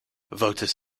voters